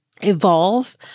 evolve